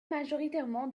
majoritairement